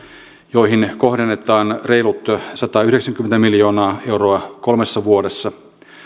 joihin kohdennetaan reilut satayhdeksänkymmentä miljoonaa euroa kolmessa vuodessa